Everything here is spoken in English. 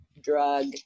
drug